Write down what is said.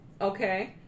Okay